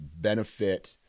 benefit